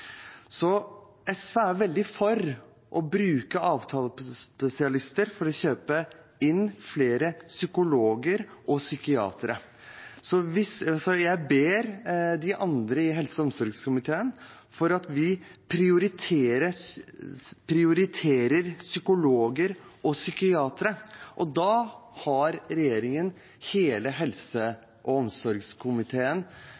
SV er veldig for å bruke avtalespesialister for å kjøpe inn flere psykologer og psykiatere. Jeg ber de andre i helse- og omsorgskomiteen om at vi prioriterer psykologer og psykiatere. Da har regjeringen hele helse- og omsorgskomiteen på plass, for da